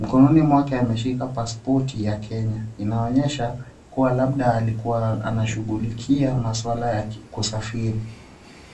Mkononi mwake ameshika paspoti y Kenya inaonyesha kuwa labda alikuwa anashughulikia maswala ya kusafiri.